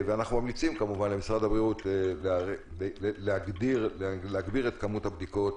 אנחנו ממליצים למשרד הבריאות להגביר את כמות הבדיקות